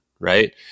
Right